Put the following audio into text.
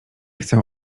chcę